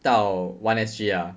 到 one S_G ah